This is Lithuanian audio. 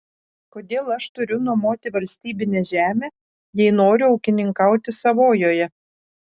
kodėl aš turiu nuomoti valstybinę žemę jei noriu ūkininkauti savojoje